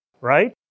right